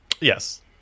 Yes